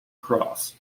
cross